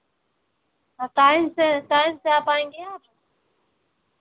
हाँ टाइम से टाइम से आ पाएँगी आप